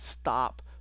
stop